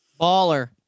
Baller